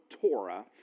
Torah